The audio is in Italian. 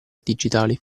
digitali